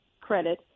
credit